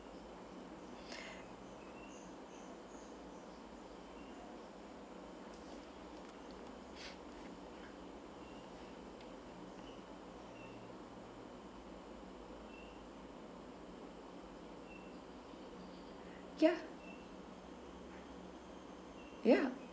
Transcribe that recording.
ya ya